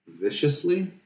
viciously